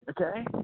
Okay